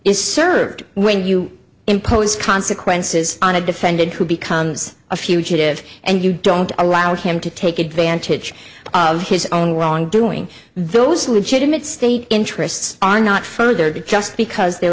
is served when you impose consequences on a defendant who becomes a fugitive and you don't allow him to take advantage of his own wrongdoing those legitimate state interests are not further because there